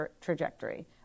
trajectory